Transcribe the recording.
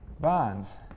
bonds